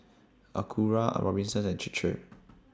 Acura A Robinsons and Chir Chir